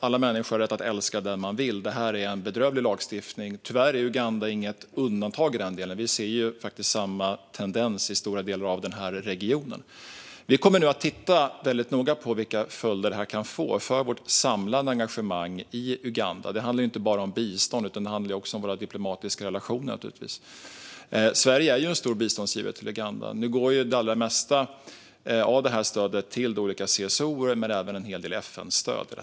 Alla människor har rätt att älska vem de vill. Det är en bedrövlig lagstiftning. Tyvärr är Uganda inget undantag i den delen, utan vi ser samma tendens i stora delar av regionen. Vi kommer nu att titta noga på vilka följder det här kan få för vårt samlade engagemang i Uganda. Det handlar inte bara om bistånd utan också om våra diplomatiska relationer. Sverige är en stor biståndsgivare till Uganda. Nu går det allra mesta av stödet till olika CSO:er, men det finns även en hel del FN-stöd.